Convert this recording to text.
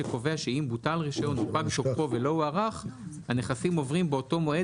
שקובע שאם בוטל רישיון או פג תוקפו ולא הוארך הנכסים עוברים באותו מועד